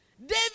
David